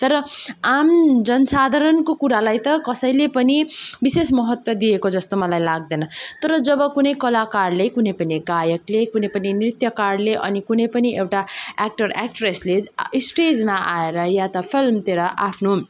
तर आम जनसाधारणको कुरालाई त कसैले पनि विशेष महत्त्व दिएको जस्तो मलाई लाग्दैन तर जब कुनै कलाकारले कुनै पनि गायकले कुनै पनि नृत्यकारले अनि कुनै पनि एउटा एक्टर एक्ट्रेसले स्टेजमा आएर वा त फिल्मतिर